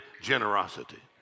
generosity